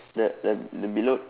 the the the below